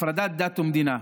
הפרדת דת ומדינה.